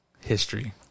history